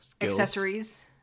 accessories